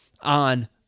on